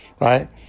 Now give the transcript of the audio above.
Right